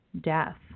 death